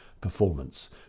performance